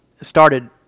Started